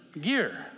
gear